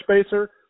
spacer